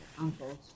uncle's